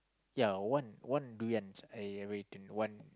ya one one durians I ever eaten one